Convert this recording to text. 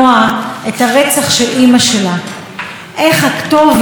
איך הכתובת הייתה על הקיר אחרי שנים